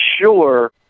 sure